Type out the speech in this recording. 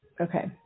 Okay